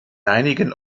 einigen